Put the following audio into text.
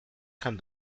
kann